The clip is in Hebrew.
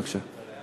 בבקשה.